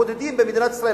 בודדים במדינת ישראל,